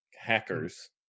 hackers